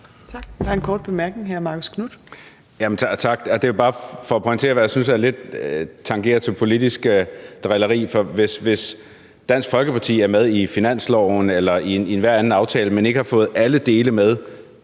for hvis Dansk Folkeparti er med i finansloven eller i enhver anden aftale, men ikke har fået alle dele med